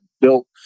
built